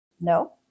No